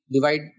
divide